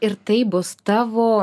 ir tai bus tavo